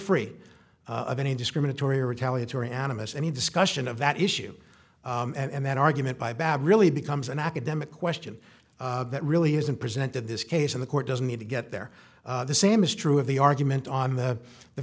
free of any discriminatory or retaliatory animists any discussion of that issue and that argument by bad really becomes an academic question that really has been presented this case in the court doesn't need to get there the same is true of the argument on the the